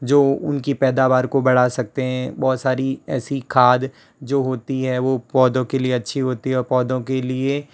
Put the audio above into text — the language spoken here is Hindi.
जो उनकी पैदावार को बढ़ा सकते हैं बहौत सारी ऐसी खाद जो होती है वो पौधों के लिए अच्छी होती है पौधों के लिए